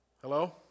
Hello